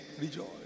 rejoice